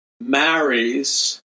marries